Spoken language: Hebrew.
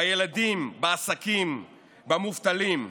בילדים, בעסקים, במובטלים.